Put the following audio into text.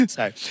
Sorry